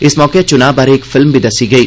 इस मौके चुना उप्पर इक फिल्म बी दस्सी गेई